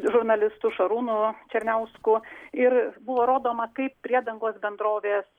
žurnalistu šarūnu černiausku ir buvo rodoma kaip priedangos bendrovės